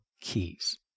keys